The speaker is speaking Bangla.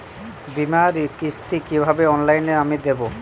বীমার কিস্তি কিভাবে অনলাইনে আমি দেবো?